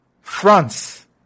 France